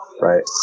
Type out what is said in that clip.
right